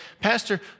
Pastor